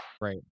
Right